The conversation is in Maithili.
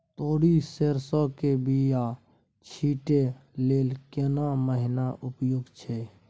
तोरी, सरसो के बीया छींटै लेल केना महीना उपयुक्त छै?